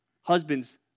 Husbands